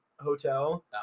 hotel